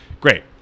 Great